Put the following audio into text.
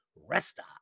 Resta